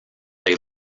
they